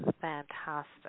Fantastic